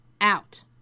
out